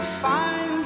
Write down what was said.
find